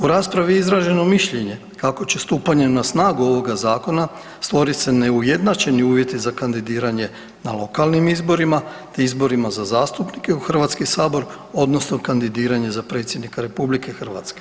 U raspravi je izraženo mišljenje kako će stupanjem na snagu ovoga zakona stvorit se neujednačeni uvjeti za kandidiranje na lokalnim izborima, te izborima za zastupnike u HS odnosno kandidiranje za predsjednika RH.